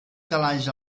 calaix